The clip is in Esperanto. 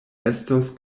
estos